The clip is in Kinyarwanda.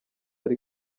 ari